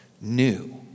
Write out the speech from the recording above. new